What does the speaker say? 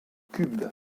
cubes